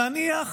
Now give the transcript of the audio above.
נניח